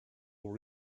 will